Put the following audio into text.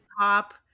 top